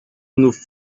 nous